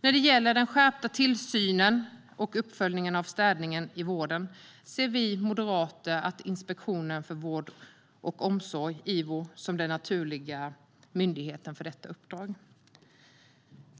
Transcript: När det gäller skärpt tillsyn och uppföljning av städningen i vården ser vi moderater Inspektionen för vård och omsorg, Ivo, som den naturliga myndigheten för detta uppdrag.